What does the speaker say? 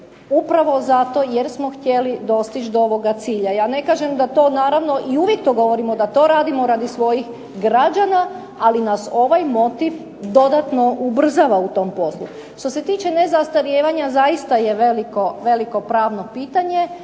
upravo zato jer smo htjeli dostići do ovoga cilja. Ja ne kažem da to naravno i uvijek to govorimo da to radimo radi svojih građana, ali nas ovaj motiv dodatno ubrzava u tom poslu. Što se tiče nezastarijevanja zaista je veliko pravno pitanje.